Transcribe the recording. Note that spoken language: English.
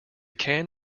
can